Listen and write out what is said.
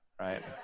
right